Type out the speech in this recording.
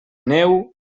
neu